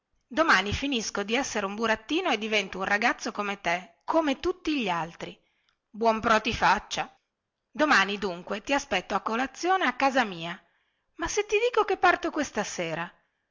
domani finisco di essere un burattino e divento un ragazzo come te e come tutti gli altri buon pro ti faccia domani dunque ti aspetto a colazione a casa mia ma se ti dico che parto questa sera